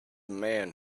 man